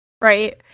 right